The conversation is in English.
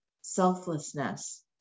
selflessness